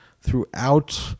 throughout